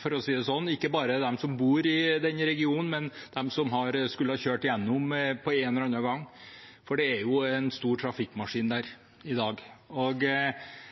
for å si det sånn, ikke bare for dem som bor i den regionen, men for dem som har kjørt igjennom en eller annen gang. Det er en stor trafikkmaskin der i dag, og